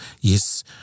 Yes